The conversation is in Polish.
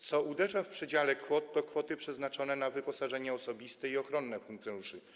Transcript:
Co uderza w przydziale kwot, to kwoty przeznaczone na wyposażenie osobiste i ochronne funkcjonariuszy.